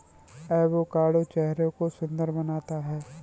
avocado चेहरे को सुंदर बनाता है